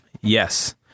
Yes